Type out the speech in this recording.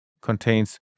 contains